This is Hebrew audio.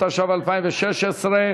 התשע"ו 2016,